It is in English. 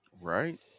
Right